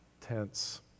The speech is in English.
tense